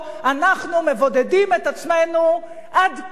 אנחנו מבודדים את עצמנו עד כלות.